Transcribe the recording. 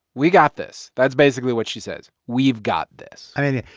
we got this. that's basically what she says. we've got this i mean,